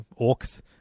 Orcs